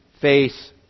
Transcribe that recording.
face